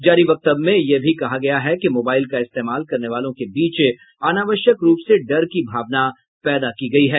जारी वक्तव्य में यह भी कहा गया है कि मोबाइल का इस्तेमाल करने वालों के बीच अनावश्यक रूप से डर की भावना पैदा की गई है